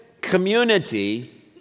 community